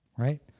right